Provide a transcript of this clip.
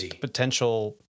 potential